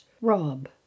rob